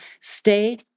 stay